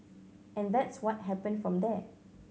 and that's what happened from there